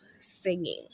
singing